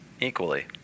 equally